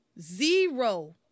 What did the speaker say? zero